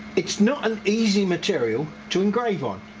it's not an easy material to engrave on,